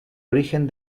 origen